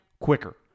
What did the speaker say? quicker